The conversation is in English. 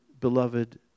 beloved